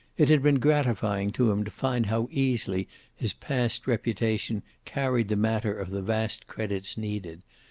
it had been gratifying to him to find how easily his past reputation carried the matter of the vast credits needed,